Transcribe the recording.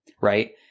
right